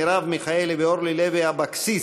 מרב מיכאלי ואורלי לוי אבקסיס,